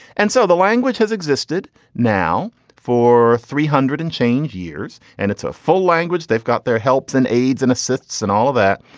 and so the language has existed now for three hundred and change years and it's a full language. they've got their helps and aids and assists and all of that.